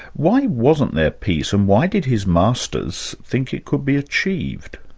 why wasn't there peace and why did his masters think it could be achieved?